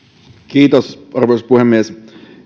kiitos arvoisa puhemies